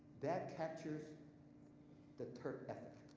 that captures the terp ethic.